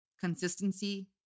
Consistency